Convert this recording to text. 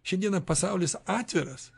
šiandieną pasaulis atviras